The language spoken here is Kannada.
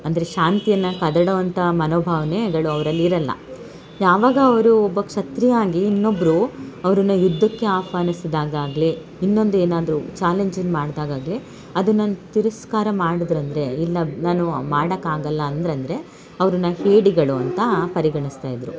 ಅಂದರೆ ಶಾಂತಿಯನ್ನು ಕದಡುವಂಥ ಮನೋಭಾವನೆಗಳು ಅವರಲ್ಲಿರಲ್ಲ ಯಾವಾಗ ಅವರು ಒಬ್ಬ ಕ್ಷತ್ರಿಯ ಆಗಿ ಇನ್ನೊಬ್ಬರು ಅವರನ್ನ ಯುದ್ಧಕ್ಕೆ ಆಹ್ವಾನಿಸಿದಾಗ ಆಗಲಿ ಇನ್ನೊಂದು ಏನಾದರೂ ಚಾಲೆಂಜಿಂಗ್ ಮಾಡಿದಾಗಾಗ್ಲಿ ಅದನ್ನು ತಿರಸ್ಕಾರ ಮಾಡಿದರಂದ್ರೆ ಇಲ್ಲ ನಾನು ಮಾಡಕ್ಕಾಗಲ್ಲ ಅಂದ್ರು ಅಂದರೆ ಅವರನ್ನ ಹೇಡಿಗಳು ಅಂತ ಪರಿಗಣಿಸ್ತಾ ಇದ್ದರು